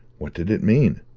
what did it mean?